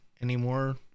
anymore